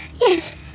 Yes